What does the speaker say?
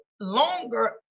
longer